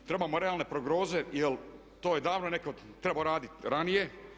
Trebamo realne prognoze jer to je davno netko trebao radit ranije.